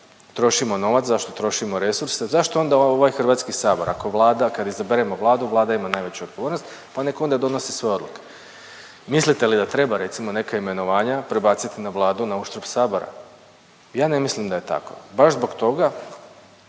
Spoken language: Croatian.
trošimo novac, zašto trošimo resurse, zašto onda ovaj Hrvatski sabor, ako Vlada kad izaberemo Vladu, Vlada ima najveću odgovornost pa nek onda donosi sve odluke. Mislite li da treba recimo neka imenovanja prebaciti na Vladu na uštrb sabora. Ja ne mislim da je tako baš zbog toga